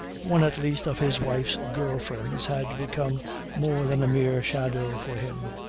one at least of his wife's girl-friends had become more than a mere shadow for him.